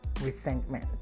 resentment